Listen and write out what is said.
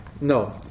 No